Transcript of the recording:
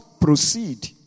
proceed